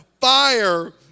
fire